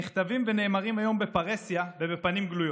נכתבים ונאמרים היום בפרהסיה ובפנים גלויות.